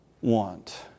want